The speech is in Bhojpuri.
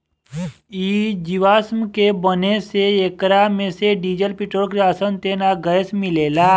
इ जीवाश्म के बने से एकरा मे से डीजल, पेट्रोल, किरासन तेल आ गैस मिलेला